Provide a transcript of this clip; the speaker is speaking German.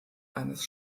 eines